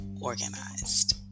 Organized